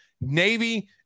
Navy